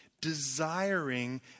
desiring